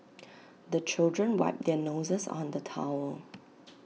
the children wipe their noses on the towel